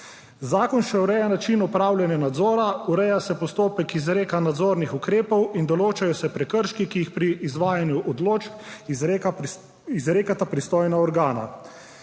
Zakon še ureja način opravljanja nadzora, ureja se postopek izreka nadzornih ukrepov in določajo se prekrški, ki jih pri izvajanju odločb izrekata pristojna organa.